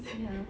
ya